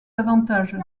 avantages